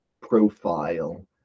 profile